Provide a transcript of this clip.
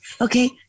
okay